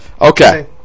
Okay